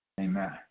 Amen